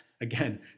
again